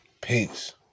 Peace